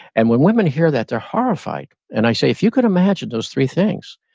and when women hear that they're horrified. and i say, if you could imagine those three things,